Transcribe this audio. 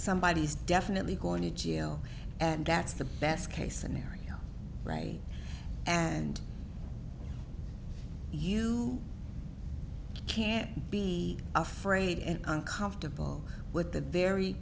somebody is definitely going to jail and that's the best case scenario right and you can't be afraid and uncomfortable with the very